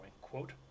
quote